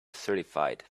certified